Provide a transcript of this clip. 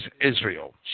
Israel